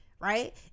right